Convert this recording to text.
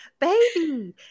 Baby